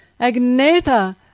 Agneta